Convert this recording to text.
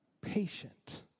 patient